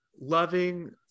loving